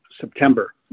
September